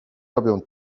robią